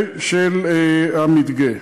ושל המדגה.